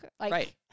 Right